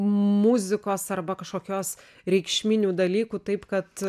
muzikos arba kažkokios reikšminių dalykų taip kad